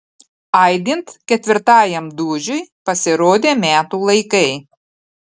aidint ketvirtajam dūžiui pasirodė metų laikai